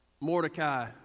Mordecai